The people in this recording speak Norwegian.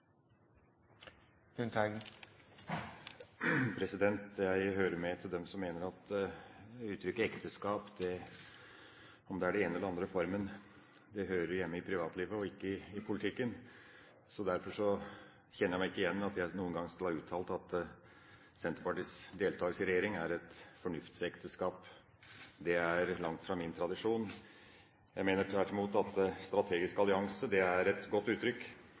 eller den andre formen – hører hjemme i privatlivet og ikke i politikken. Derfor kjenner jeg meg ikke igjen i at jeg noen gang skal ha uttalt at Senterpartiets deltakelse i regjering er et «fornuftsekteskap». Det er langt fra min tradisjon. Jeg mener tvert imot at en «strategisk allianse» er et godt uttrykk.